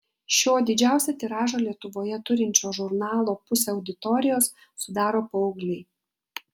šio didžiausią tiražą lietuvoje turinčio žurnalo pusę auditorijos sudaro paaugliai